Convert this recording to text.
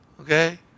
Okay